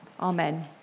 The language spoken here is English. Amen